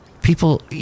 people